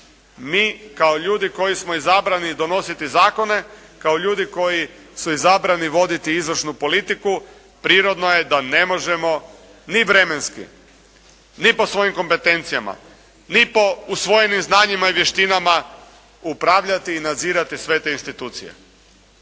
Mi kao ljudi koji smo izabrani donositi zakone, kao ljudi koji su izabrani voditi izvršnu politiku prirodno je da ne možemo ni vremenski, ni po svojim kompetencijama, ni po usvojenim znanjima i vještinama upravljati i nadzirati sve te institucije.